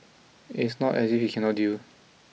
and it's not as if he cannot deal